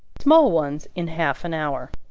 small ones in half an hour.